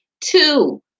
two